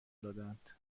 دادهاند